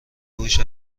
هوش